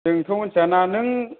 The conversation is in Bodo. जोंथ' मिन्थियाना नों